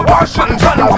Washington